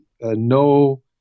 no